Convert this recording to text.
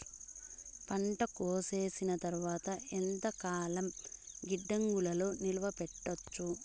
పంట కోసేసిన తర్వాత ఎంతకాలం గిడ్డంగులలో నిలువ పెట్టొచ్చు?